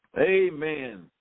Amen